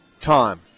time